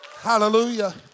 Hallelujah